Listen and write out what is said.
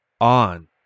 on